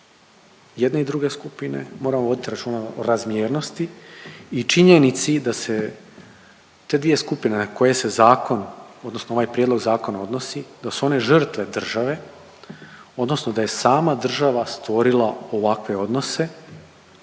jedne i druge skupine, moramo voditi računa o razmjernosti i činjenici da se te dvije skupine na koje se zakon odnosno ovaj prijedlog zakona odnosi da su one žrtve države odnosno da je sama država stvorila ovakve odnose,